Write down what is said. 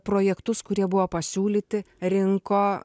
projektus kurie buvo pasiūlyti rinko